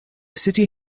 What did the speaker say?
city